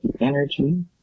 energy